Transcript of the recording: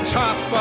top